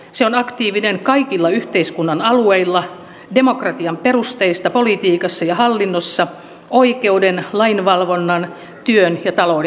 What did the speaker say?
se on aktiivinen kaikilla yhteiskunnan alueilla demokratian perusteista politiikassa ja hallinnossa oikeuden lain valvonnan työn ja talouden järjestelmiin